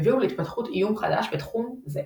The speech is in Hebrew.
הביאו להתפתחות איום חדש בתחום זה.